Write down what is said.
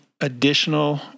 additional